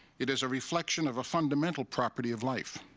it is a reflection of a fundamental property of life.